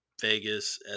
Vegas